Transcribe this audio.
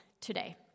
today